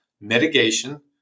mitigation